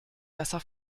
besser